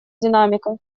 динамика